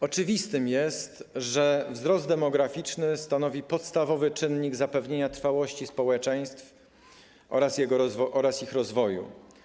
Oczywiste jest, że wzrost demograficzny stanowi podstawowy czynnik zapewnienia trwałości społeczeństw oraz ich rozwoju.